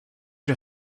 you